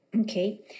Okay